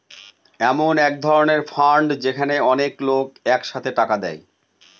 এমন এক ধরনের ফান্ড যেখানে অনেক লোক এক সাথে টাকা দেয়